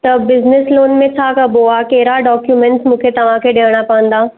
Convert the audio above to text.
त business loan में छा कबो आहे कहिड़ा डोक्यूमेंट्स मूंखे तव्हांखे ॾेअणा पव्दाण